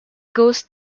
ghost